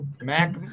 Mac